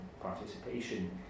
participation